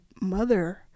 mother